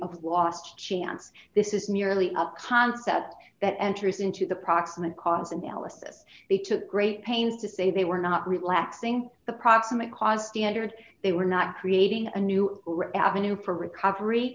of last chance this is nearly up concept that enters into the proximate cause analysis they took great pains to say they were not relaxing the proximate cause standard they were not creating a new avenue for recovery